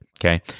Okay